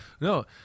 no